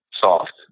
soft